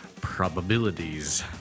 probabilities